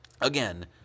again